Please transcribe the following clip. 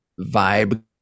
vibe